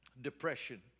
depression